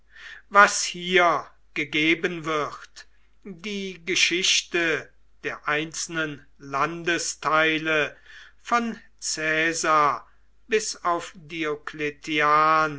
was hier gegeben wird die geschichte der einzelnen landesteile von caesar bis auf